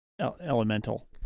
elemental